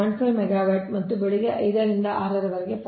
5 megawatt ಮತ್ತು ಬೆಳಿಗ್ಗೆ 5 ರಿಂದ 6 ರವರೆಗೆ 0